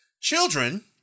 children